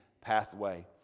pathway